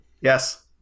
Yes